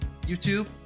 YouTube